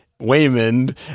Waymond